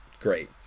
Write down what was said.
great